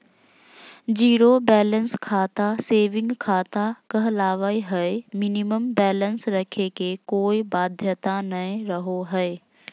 zero balance खाता saving खाता कहलावय हय मिनिमम बैलेंस रखे के कोय बाध्यता नय रहो हय